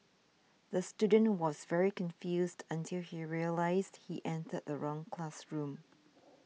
the student was very confused until he realised he entered the wrong classroom